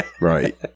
Right